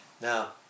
Now